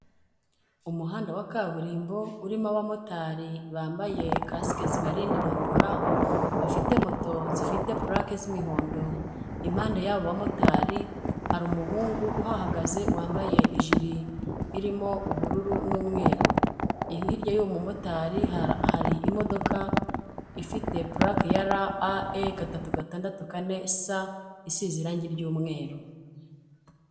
Umuhanda wa kaburimbo urimo abamotari bambaye kasike zibarinda impanuka, bafite moto zifite pulake z'imihondo, impande y'abo bamotari hari umuhungu uhahagaze wambaye ijiri irimo ubururu n'umweru, hirya y'uwo mumotari hari imodoka ifite pulake RAE364S, isize irangi ry'umweru.